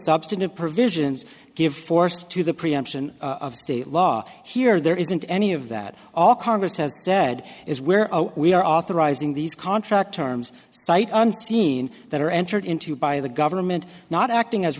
substantive provisions give force to the preemption of state law here there isn't any of that all congress has said is where we are authorizing these contract terms sight unseen that are entered into by the government not acting as